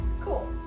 Cool